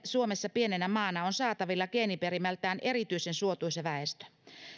suomessa pienessä maassa on saatavilla geeniperimältään erityisen suotuisa väestö